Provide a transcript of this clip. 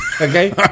Okay